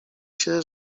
się